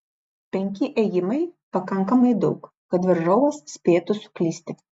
penki ėjimai pakankamai daug kad varžovas spėtų suklysti